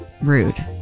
Rude